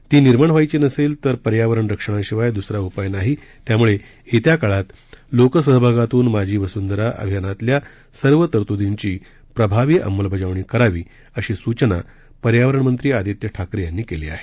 ती निर्माण व्हायची नसेल तर पर्यावरण रक्षणाशिवाय दुसरा उपाय नाही त्यामुळे येत्या काळात लोकसहभागातून माझी वसुंधरा अभियानातल्या सर्व तरतुदींची प्रभावी अंमलबजावणी करावी अशी सूचना राज्याचे पर्यावरणमंत्री आदित्य ठाकरे यांनी केली आहे